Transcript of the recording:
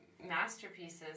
masterpieces